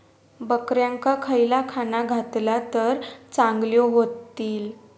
बकऱ्यांका खयला खाणा घातला तर चांगल्यो व्हतील?